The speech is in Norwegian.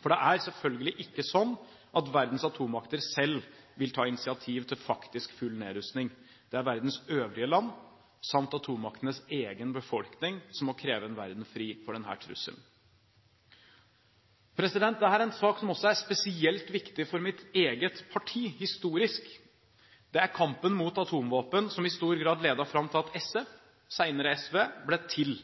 for det er selvfølgelig ikke slik at verdens atommakter selv vil ta initiativ til faktisk full nedrustning. Det er verdens øvrige land samt atommaktenes egen befolkning som må kreve en verden fri for denne trusselen. Dette er en sak som også er spesielt viktig for mitt eget parti historisk. Det var kampen mot atomvåpen som i stor grad ledet fram til at SF, senere SV, ble til.